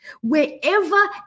wherever